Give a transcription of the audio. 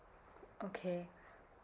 okay